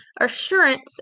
assurance